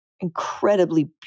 incredibly